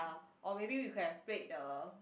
or maybe we could have played the